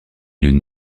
lune